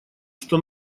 что